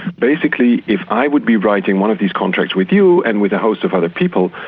basically if i would be writing one of these contracts with you and with a host of other people,